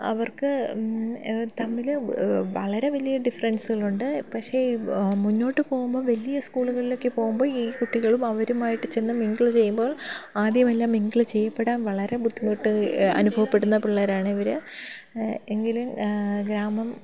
അവർക്ക് തമ്മിൽ വളരെ വലിയ ഡിഫറൻസുകളുണ്ട് പക്ഷേ മുന്നോട്ട് പോകുമ്പോൾ വലിയ സ്കൂളുകളിലൊക്കെ പോകുമ്പോൾ ഈ കുട്ടികളും അവരുമായിട്ട് ചെന്ന് മിംഗിൾ ചെയ്യുമ്പോൾ ആദ്യമെല്ലാം മിംഗിൾ ചെയ്യപ്പെടാൻ വളരെ ബുദ്ധിമുട്ട് അനുഭവപ്പെടുന്ന പിള്ളേരാണ് ഇവർ എങ്കിലും ഗ്രാമം